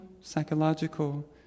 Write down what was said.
psychological